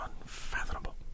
Unfathomable